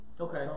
Okay